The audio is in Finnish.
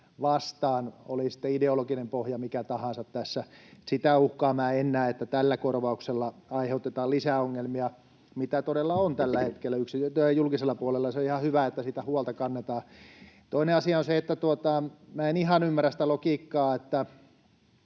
vastaan, oli sitten ideologinen pohja mikä tahansa tässä. Sitä uhkaa minä en näe, että tällä korvauksella aiheutetaan lisää ongelmia, mitä todella on tällä hetkellä julkisella puolella, ja se on ihan hyvä, että siitä huolta kannetaan. Toinen asia on se, että en ihan ymmärrä sitä logiikkaa, millä